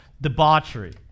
debauchery